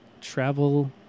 travel